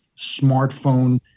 smartphone